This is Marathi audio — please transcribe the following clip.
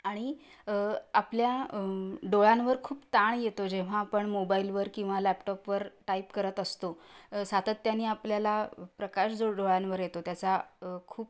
आणि आपल्या डोळ्यांवर खूप ताण येतो जेव्हा आपण मोबाईलवर किंवा लॅपटॉपवर टाईप करत असतो सातत्याने आपल्याला प्रकाश जो डोळ्यांवर येतो त्याचा खूप